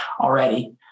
already